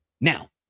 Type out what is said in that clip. Now